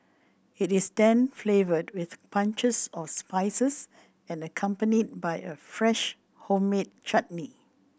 it is then flavoured with punches of spices and accompanied by a fresh homemade chutney